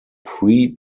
pre